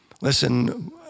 Listen